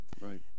Right